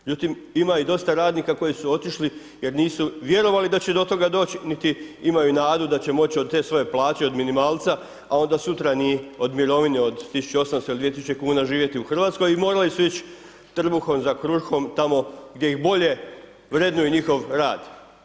Međutim, ima i dosta radnika koji su otišli jer nisu vjerovali da će do toga doći, niti imaju nadu da će moći od te svoje plaće, od minimalnca, a onda sutra ni od mirovine od 1.800,00 kn ili 2.000,00 kn živjeti u RH i morali su ići trbuhom za kruhom tamo gdje ih bolje vrednuju njihov rad.